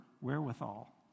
wherewithal